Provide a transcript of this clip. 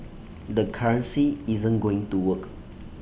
the currency isn't going to work